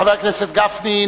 חבר הכנסת גפני,